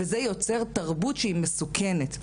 וזה יוצר תרבות שהיא מסוכנת,